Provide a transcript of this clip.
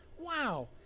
Wow